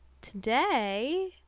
today